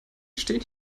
stehen